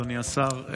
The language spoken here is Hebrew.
אדוני השר,